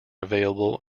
available